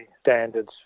standards